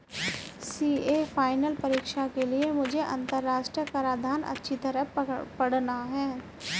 CA final परीक्षा के लिए मुझे अंतरराष्ट्रीय कराधान अच्छी तरह पड़ना है